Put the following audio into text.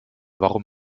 warum